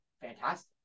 Fantastic